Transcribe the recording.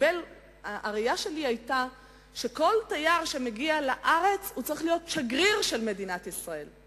הראייה שלי היתה שכל תייר שמגיע לארץ צריך להיות שגריר של מדינת ישראל.